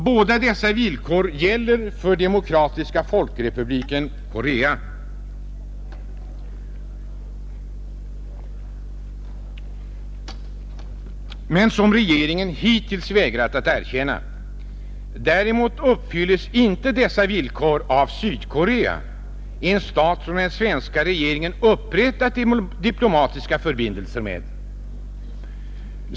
Båda dessa villkor uppfylls av Demokratiska folkrepubliken Korea, som regeringen hittills vägrat erkänna, Däremot uppfylls dessa villkor inte av Sydkorea, en stat som den svenska regeringen upprättat diplomatiska förbindelser med.